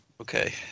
okay